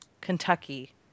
Kentucky